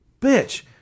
bitch